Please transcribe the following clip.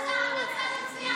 מה זה "שב בשקט"?